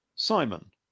Simon